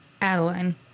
Adeline